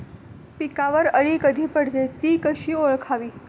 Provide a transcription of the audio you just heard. पिकावर अळी कधी पडते, ति कशी ओळखावी?